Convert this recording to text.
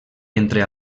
entre